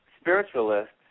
spiritualists